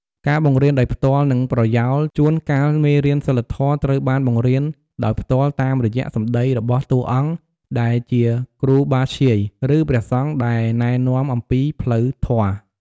ការបង្រៀនដោយផ្ទាល់ និងប្រយោល ជួនកាលមេរៀនសីលធម៌ត្រូវបានបង្រៀនដោយផ្ទាល់តាមរយៈ សម្តីរបស់តួអង្គដែលជាគ្រូបាធ្យាយ ឬព្រះសង្ឃ ដែលណែនាំអំពីផ្លូវធម៌។